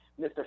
Mr